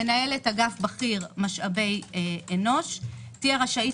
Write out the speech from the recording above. מנהלת אגף בכיר משאבי אנוש תהיה רשאית